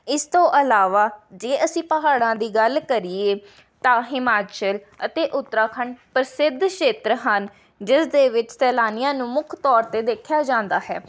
ਇਸ ਤੋਂ ਇਲਾਵਾ ਜੇ ਅਸੀਂ ਪਹਾੜਾਂ ਦੀ ਗੱਲ ਕਰੀਏ ਤਾਂ ਹਿਮਾਚਲ ਅਤੇ ਉੱਤਰਾਖੰਡ ਪ੍ਰਸਿੱਧ ਖੇਤਰ ਹਨ ਜਿਸ ਦੇ ਵਿੱਚ ਸੈਲਾਨੀਆਂ ਨੂੰ ਮੁੱਖ ਤੌਰ 'ਤੇ ਦੇਖਿਆ ਜਾਂਦਾ ਹੈ